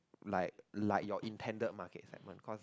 like like your intended market that will cause